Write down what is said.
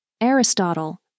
Aristotle